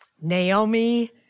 Naomi